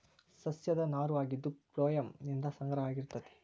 ಸಸ್ಯದ ನಾರು ಆಗಿದ್ದು ಪ್ಲೋಯಮ್ ನಿಂದ ಸಂಗ್ರಹ ಆಗಿರತತಿ